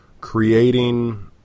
creating